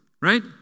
right